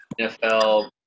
NFL